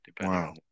Wow